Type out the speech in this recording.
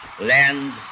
land